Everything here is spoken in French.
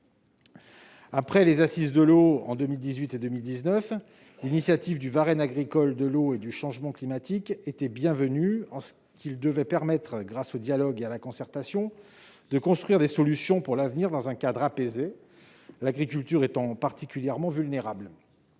Après les assises de l'eau de 2018 et 2019, l'initiative du Varenne agricole de l'eau et de l'adaptation au changement climatique était bienvenue : elle doit permettre, grâce au dialogue et à la concertation, de construire des solutions pour l'avenir dans un cadre apaisé, l'agriculture étant particulièrement vulnérable.